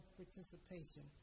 participation